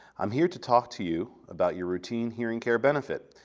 i'm here to talk to you about your routine hearing care benefit.